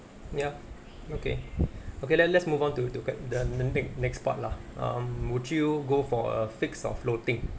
yup okay okay let let's move on to to get the ne~ next part lah um would you go for a fixed or floating